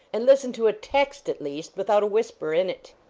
and listen to a text, at least, without a whisper in it.